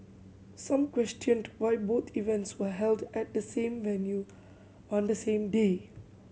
some questioned why both events were held at the same venue on the same day